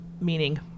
meaning